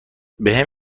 بهم